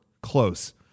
Close